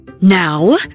Now